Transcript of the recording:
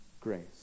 grace